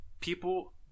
people